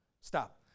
Stop